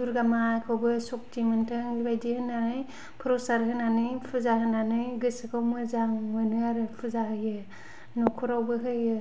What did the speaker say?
दुर्गा माखौबो सक्ति मोनथों बेबादि होननानै प्रसाद होनानै फुजा होनानै गोसोखौ मोजां मोनो आरो फुजा होयो न'खरावबो होयो